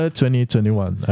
2021